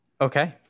Okay